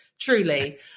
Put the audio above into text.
Truly